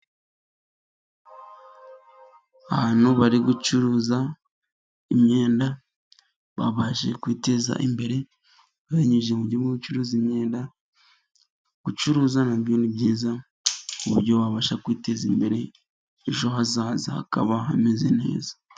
Ahantu bari gucuruza imyenda babashije kwiteza imbere babinyujije mu buryo bwo gucuruza imyenda. Gucuruza nabyo ni byiza ku buryo wabasha kwiteza imbere ejo hazaza hakaba hameze neza.